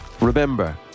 Remember